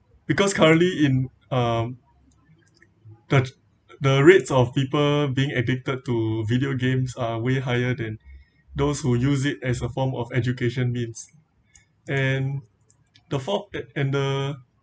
because currently in um the the rates of people being addicted to video games are way higher than those who use it as a form of education means and the fault and the